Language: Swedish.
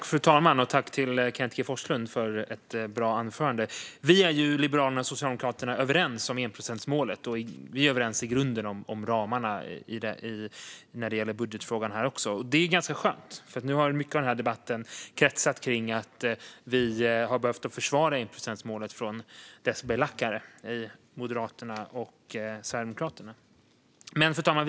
Fru talman! Jag tackar Kenneth G Forslund för ett bra anförande. Liberalerna och Socialdemokraterna är överens om enprocentsmålet, och vi är i grunden överens om ramarna när det gäller budgetfrågan. Det är ganska skönt. Nu har mycket av denna debatt kretsat kring att vi har behövt försvara enprocentsmålet från dess belackare i Moderaterna och Sverigedemokraterna. Fru talman!